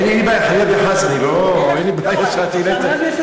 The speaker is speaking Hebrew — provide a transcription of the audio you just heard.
אין לי בעיה, חלילה וחס, אין לי בעיה שאת העלית,